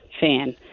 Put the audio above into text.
fan